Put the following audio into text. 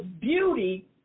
beauty